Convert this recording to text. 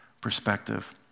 perspective